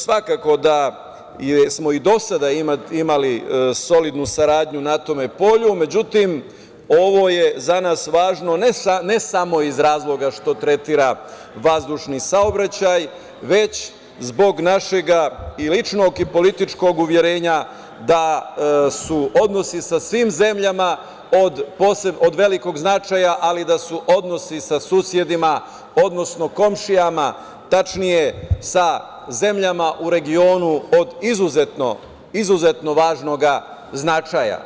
Svakako da smo i do sada imali solidnu saradnju na tom polju, međutim, ovo je za nas važno ne samo iz razloga što tretira vazdušni saobraćaj, već zbog našeg i ličnog i političkog uverenja da su odnosi sa svim zemljama od velikog značaja, ali da su odnosi sa susedima, odnosno komšija, tačnije sa zemljama u regionu, od izuzetno važnog značaja.